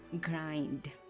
grind